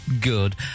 Good